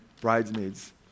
bridesmaids